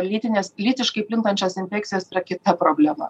lytinės lytiškai plintančios infekcijos kita problema